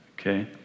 okay